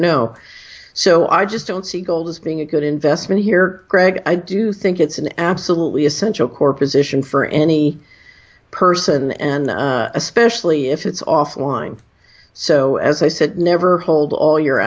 no so i just don't see gold as being a good investment here greg i do think it's an absolutely essential core position for any person and especially if it's offline so as i said never hold all your